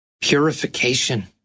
Purification